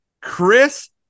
Chris